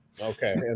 Okay